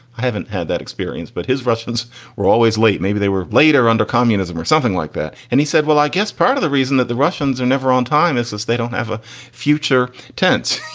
i haven't had that experience, but his russians were always late. maybe they were later under communism or something like that. and he said, well, i guess part of the reason that the russians are never on time is this. they don't have a future tense,